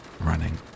running